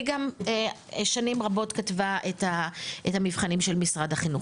היא גם שנים רבות כתבה את המבחנים של משרד החינוך.